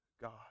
God